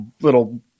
little